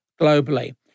globally